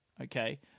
okay